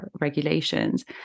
regulations